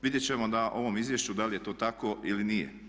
Vidjet ćemo na ovom izvješću da li je to tako ili nije.